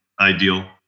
ideal